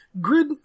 Grid